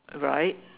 right